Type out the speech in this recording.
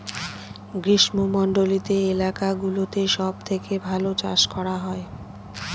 গ্রীষ্মমন্ডলীত এলাকা গুলোতে সব থেকে ভালো চাষ করা হয়